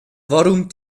warum